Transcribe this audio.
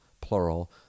plural